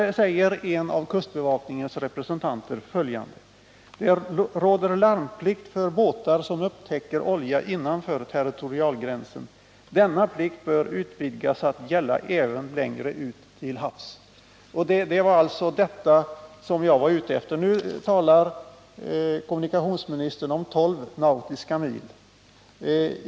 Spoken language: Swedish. En av kustbevakningens representanter skriver följande: Det råder larmplikt för båtar som upptäcker olja innanför territorialgränsen. Denna plikt bör utvidgas att gälla även längre ut till havs. Det var det jag var ute efter. Nu talar kommunikationsministern om 12 nautiska mil.